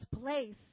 place